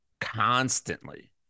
constantly